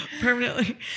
permanently